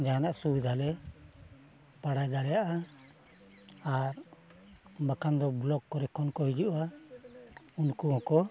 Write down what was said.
ᱡᱟᱦᱟᱱᱟᱜ ᱥᱩᱵᱤᱫᱷᱟ ᱞᱮ ᱵᱟᱲᱟᱭ ᱫᱟᱲᱮᱭᱟᱜᱼᱟ ᱟᱨ ᱵᱟᱠᱷᱟᱱ ᱫᱚ ᱵᱞᱚᱠ ᱠᱚᱨᱮ ᱠᱷᱚᱱ ᱠᱚ ᱦᱤᱡᱩᱜᱼᱟ ᱩᱱᱠᱩ ᱦᱚᱸᱠᱚ